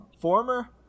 Former